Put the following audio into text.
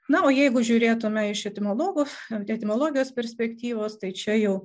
na o jeigu žiūrėtume iš etimologų etimologijos perspektyvos tai čia jau